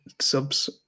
subs